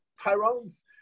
Tyrone's